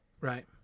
Right